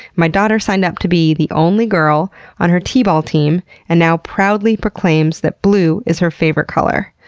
my daughter signed up to be the only girl on her t-ball team and now proudly proclaims that blue is her favorite color.